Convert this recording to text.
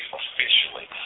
officially